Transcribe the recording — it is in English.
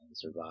survive